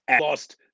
lost